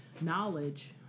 knowledge